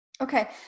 Okay